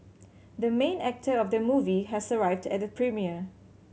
the main actor of the movie has arrived at the premiere